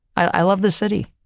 i love this city,